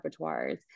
repertoires